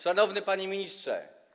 Szanowny Panie Ministrze!